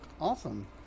awesome